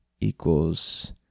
equals